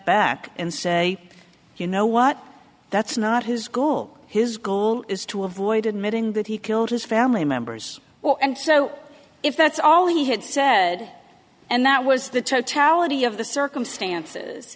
back and say you know what that's not his goal his goal is to avoid admitting that he killed his family members well and so if that's all he had said and that was the totality of the circumstances